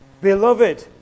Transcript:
Beloved